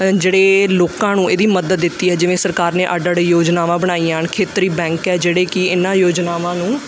ਅ ਜਿਹੜੇ ਲੋਕਾਂ ਨੂੰ ਇਹਦੀ ਮਦਦ ਦਿੱਤੀ ਹੈ ਜਿਵੇਂ ਸਰਕਾਰ ਨੇ ਅੱਡ ਅੱਡ ਯੋਜਨਾਵਾਂ ਬਣਾਈਆਂ ਹਨ ਖੇਤਰੀ ਬੈਂਕ ਹੈ ਜਿਹੜੇ ਕਿ ਇਹਨਾਂ ਯੋਜਨਾਵਾਂ ਨੂੰ